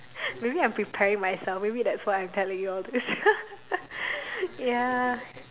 maybe I'm preparing myself maybe that's why I'm telling you all this ya